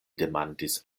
demandis